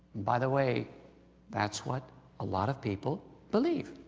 by the way that's what a lot of people believe